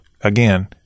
again